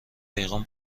پیغام